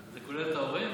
זה כולל את ההורים?